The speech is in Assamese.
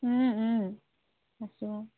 আছোঁ